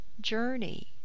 journey